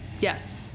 Yes